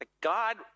God